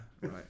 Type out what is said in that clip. right